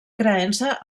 creença